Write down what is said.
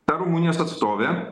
ta rumunijos atstovė